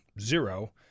zero